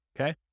Okay